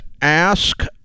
ask